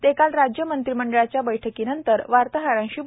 ते काल राज्य मंत्रिमंडळाच्या बैठकीनंतर वार्ताहरांशी बोलत होते